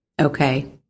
Okay